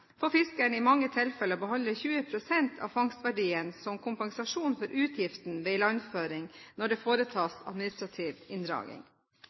fiskeren i mange tilfeller beholde 20 pst. av fangstverdien som kompensasjon for utgiftene ved ilandføring når det